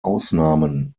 ausnahmen